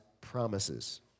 promises